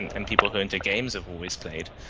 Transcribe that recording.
and and people who are into games have always played,